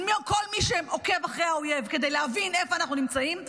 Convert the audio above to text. כל מי שעוקב אחרי האויב כדי להבין איפה אנחנו נמצאים,